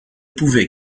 pouvait